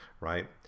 right